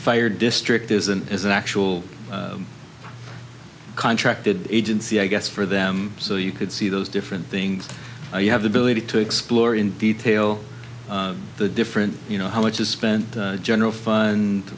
fire district is and is an actual contracted agency i guess for them so you could see those different things you have the ability to explore in detail the different you know how much is spent general